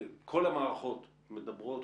כל המערכות מדברות,